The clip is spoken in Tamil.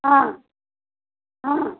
ஆ ஆ